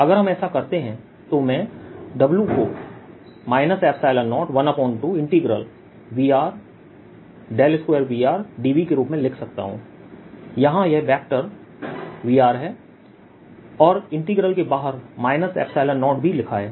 अगर हम ऐसा करते हैं तो मैं W को 012Vr2VrdVके रूप में लिख सकता हूं यहां यह वेक्टर Vr है और इंटीग्रल के बाहर 0भी लिखा है